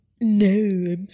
No